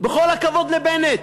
בכל הכבוד לבנט,